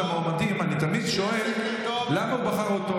המועמדים אני תמיד שואל: למה הוא בחר אותו?